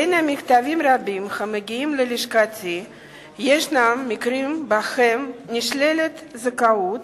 בין המכתבים הרבים המגיעים ללשכתי יש מקרים שבהם נשללת זכאות